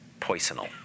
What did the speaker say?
poisonal